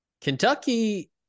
Kentucky